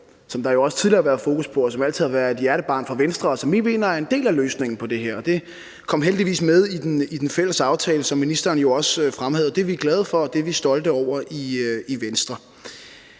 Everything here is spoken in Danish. som der jo også tidligere har været fokus på, og som altid har været et hjertebarn for Venstre, og som vi mener er en del af løsningen på det her. Og det kom heldigvis med i den fælles aftale, som ministeren jo også fremhævede. Det er vi glade for, og det er vi stolte over i Venstre.